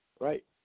right